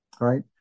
right